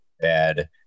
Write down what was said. bad